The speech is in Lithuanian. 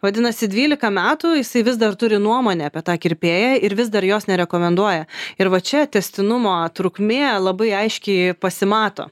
vadinasi dvylika metų jisai vis dar turi nuomonę apie tą kirpėją ir vis dar jos nerekomenduoja ir va čia tęstinumo trukmė labai aiškiai pasimato